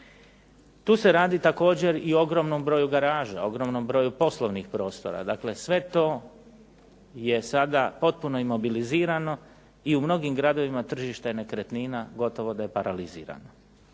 Tu se radi također i o ogromnom broju garaža, ogromnom broju poslovnih prostora. Dakle sve to je sada potpuno imobilizirano i u mnogim gradovima tržište nekretnina gotovo da je paralizirano.